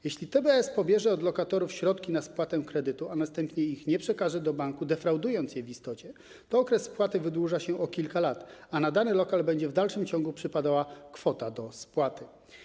Jeśli TBS pobierze od lokatorów środki na spłatę kredytu, a następnie ich nie przekaże do banku, defraudując je w istocie, to okres spłaty wydłuża się o kilka lat, a na dany lokal będzie w dalszym ciągu przypadała kwota do spłaty.